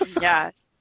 Yes